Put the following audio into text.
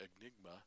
enigma